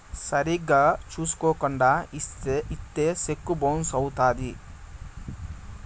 సరిగ్గా చూసుకోకుండా ఇత్తే సెక్కు బౌన్స్ అవుత్తది